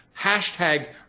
hashtag